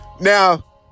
Now